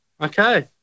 okay